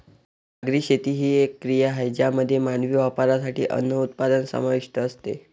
सागरी शेती ही एक क्रिया आहे ज्यामध्ये मानवी वापरासाठी अन्न उत्पादन समाविष्ट असते